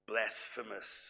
blasphemous